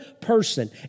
person